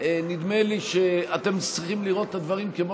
נדמה לי שאתם צריכים לראות את הדברים כמו